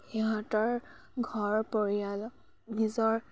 সিহঁতৰ ঘৰ পৰিয়াল নিজৰ